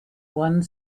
one